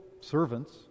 servants